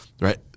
right